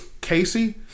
Casey